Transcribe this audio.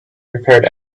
prepared